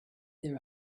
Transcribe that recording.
their